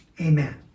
amen